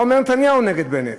מה אומר נתניהו נגד בנט?